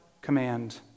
command